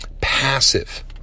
passive